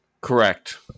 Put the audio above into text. Correct